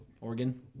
Oregon